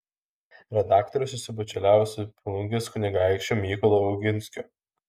redaktorius susibičiuliavo su plungės kunigaikščiu mykolu oginskiu